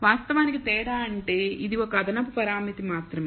వాస్తవానికి తేడా అంటే ఇది ఒక అదనపు పరామితి మాత్రమే